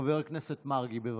חבר הכנסת מרגי, בבקשה.